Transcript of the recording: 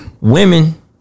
women